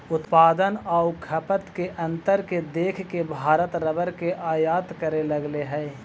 उत्पादन आउ खपत के अंतर के देख के भारत रबर के आयात करे लगले हइ